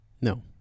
no